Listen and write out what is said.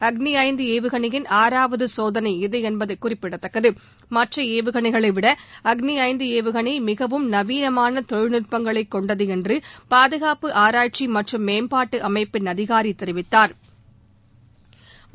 அக்னி ஐந்து ஏவுகனையின் ஆறாவது சோதனை இது என்பது குறிப்பிடத்தக்கது மற்ற ஏவுகளைகளைவிட அக்னி ஐந்து ஏவுகளை மிகவும் நவீனமான தொழில்நட்பங்களைக் கொண்டது என்று பாதுகாப்பு ஆராய்ச்சி மற்றும் மேம்பாட்டு அமைப்பின் அதிகாரி தெரிவித்தாா்